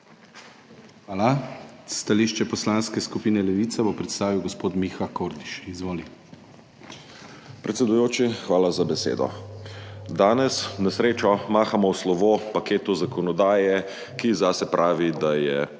Hvala. Stališče Poslanske skupine Levica bo predstavil gospod Miha Kordiš. Izvoli. MIHA KORDIŠ (PS Levica): Predsedujoči, hvala za besedo. Danes na srečo mahamo v slovo paketu zakonodaje, ki zase pravi, da je